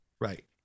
Right